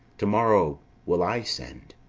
to-morrow will i send.